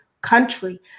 country